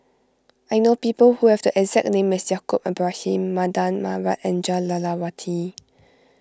I know people who have the exact name as Yaacob Ibrahim Mardan Mamat and Jah Lelawati